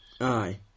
Aye